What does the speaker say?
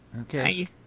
Okay